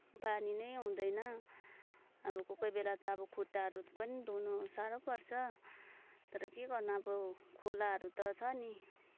पानी नै हुँदैन अब कोही कोही बेला त अब खुट्टाहरू पनि धुनु नै साह्रो पर्छ तर के गर्नु अब खोलाहरू त छ नि